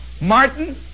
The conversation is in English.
Martin